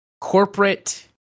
corporate